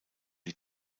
die